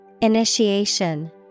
Initiation